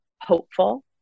hopeful